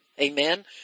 Amen